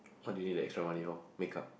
what do you need the extra money for make up